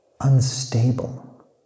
unstable